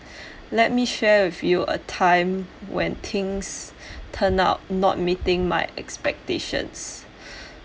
let me share with you a time when things turn out not meeting my expectations